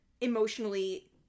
emotionally